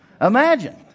imagine